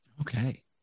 okay